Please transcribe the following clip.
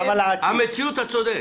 המציאות אתה צודק.